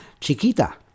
Chiquita